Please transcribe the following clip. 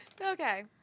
Okay